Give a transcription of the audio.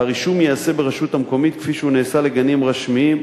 הרישום ייעשה ברשות המקומית כפי שהוא נעשה לגנים רשמיים,